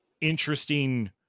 interesting